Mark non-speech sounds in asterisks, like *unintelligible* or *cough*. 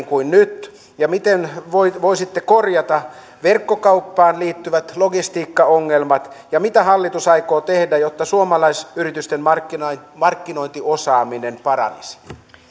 *unintelligible* kuin nyt ja miten voisitte korjata verkkokauppaan liittyvät logistiikkaongelmat ja mitä hallitus aikoo tehdä jotta suomalaisyritysten markkinointiosaaminen paranisi